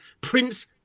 Prince